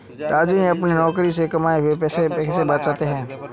राजू ने अपने नौकरी से कमाए हुए पैसे बचा के रखे हैं